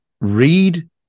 read